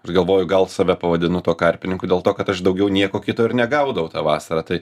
ir galvoju gal save pavadinu tuo karpininku dėl to kad aš daugiau nieko kito ir negaudavau tą vasarą tai